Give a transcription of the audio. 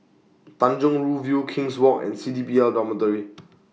Tanjong Rhu View King's Walk and C D P L Dormitory